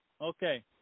Okay